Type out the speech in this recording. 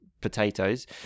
potatoes